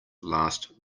last